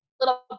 little